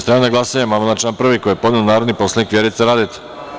Stavljam na glasanje amandman na član 1. koji je podneo narodni poslanik Vjerica Radeta.